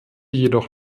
jedoch